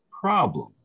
problem